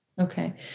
okay